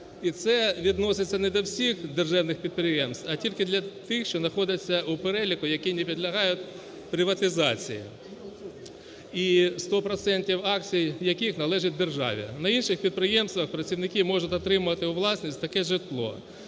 І це відноситься не до всіх державних підприємств, а тільки для тих, що знаходяться у переліку, які не підлягають приватизації і 100 процентів акцій яких належать державі, на інших підприємствах працівники можуть отримувати у власність таке житло.